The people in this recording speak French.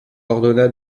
ordonna